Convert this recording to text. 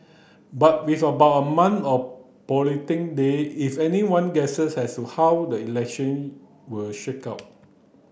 but with about a month a day if anyone guesses as to how the election will shake out